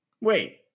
wait